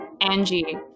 Angie